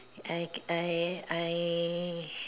I I I